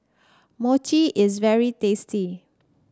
Mochi is very tasty